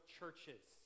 churches